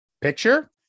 picture